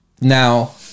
now